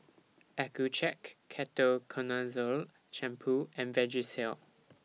Accucheck Ketoconazole Shampoo and Vagisil